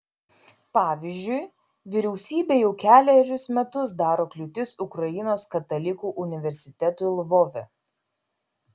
pavyzdžiui vyriausybė jau kelerius metus daro kliūtis ukrainos katalikų universitetui lvove